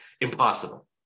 impossible